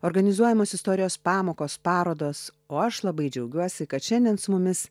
organizuojamos istorijos pamokos parodos o aš labai džiaugiuosi kad šiandien su mumis